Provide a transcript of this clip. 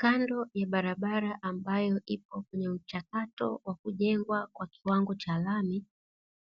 Kando ya barabara ambayo ipo kwenye mchakato wa kujengwa kwa kiwango cha rami